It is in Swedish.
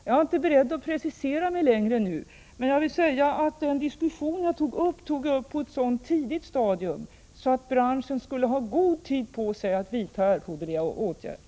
Jag är inte beredd att ytterligare precisera mig nu, men jag vill säga att den diskussion som jag tog upp inleddes på ett så tidigt stadium att branschen skulle ha god tid på sig att vidta erforderliga åtgärder.